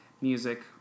music